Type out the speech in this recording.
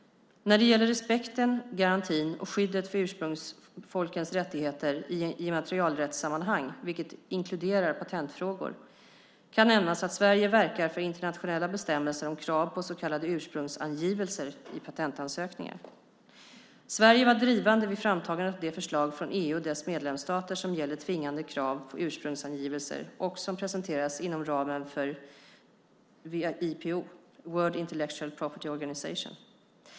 När det gäller respekten, garantin och skyddet för ursprungsfolkens rättigheter i immaterialrättssammanhang, vilket inkluderar patentfrågor, kan nämnas att Sverige verkar för internationella bestämmelser om krav på så kallade ursprungsangivelser i patentansökningar. Sverige var drivande vid framtagandet av det förslag från EU och dess medlemsstater som gäller tvingande krav på ursprungsangivelser och som presenterats inom ramen för WIPO, World Intellectual Property Organization.